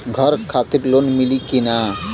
घर खातिर लोन मिली कि ना?